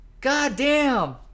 Goddamn